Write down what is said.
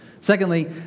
Secondly